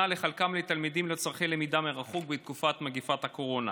לחלקם לתלמידים לצורכי למידה מרחוק בתקופת מגפת הקורונה.